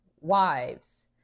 wives